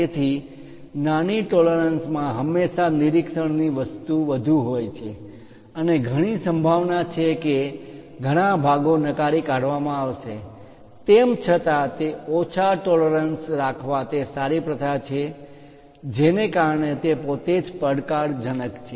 તેથી નાની ટોલરન્સ પરિમાણ માં માન્ય તફાવત માં હંમેશાં નિરીક્ષણની વસ્તુ વધુ હોય છે અને ઘણી સંભાવના છે કે ઘણા ભાગો નકારી કાઢવામાં આવશે તેમ છતાં તે ઓછા ટોલરન્સ પરિમાણ માં માન્ય તફાવત રાખવા એ સારી પ્રથા છે જેને કારણે તે પોતે જ પડકારજનક છે